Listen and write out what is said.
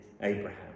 Abraham